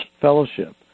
fellowship